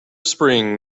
spring